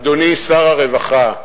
אדוני שר הרווחה,